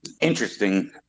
interesting